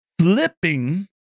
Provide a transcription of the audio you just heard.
flipping